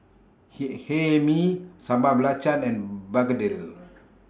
He Hae Mee Sambal Belacan and Begedil